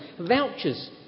Vouchers